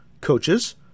coaches